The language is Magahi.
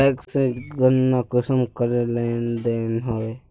बैंक से ऋण कुंसम करे लेन देन होए?